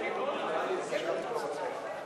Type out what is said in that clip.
ההסתייגות לחלופין ב' של קבוצת סיעת קדימה לסעיף 3 לא נתקבלה.